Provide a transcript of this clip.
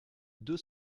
deux